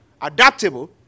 adaptable